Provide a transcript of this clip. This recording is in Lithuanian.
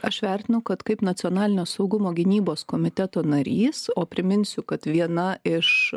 aš vertinu kad kaip nacionalinio saugumo gynybos komiteto narys o priminsiu kad viena iš